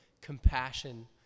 compassion